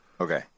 Okay